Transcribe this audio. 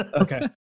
okay